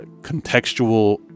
contextual